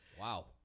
Wow